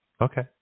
Okay